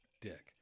dick